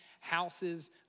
Houses